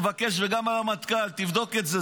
ומבקש וגם מהרמטכ"ל: תבדוק את זה,